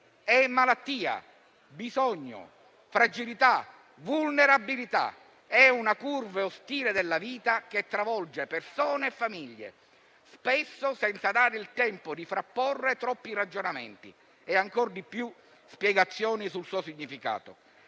È malattia, bisogno, fragilità e vulnerabilità. È una curva ostile della vita, che travolge persone e famiglie, spesso senza dare il tempo di frapporre troppi ragionamenti e, ancor di più, spiegazioni sul suo significato.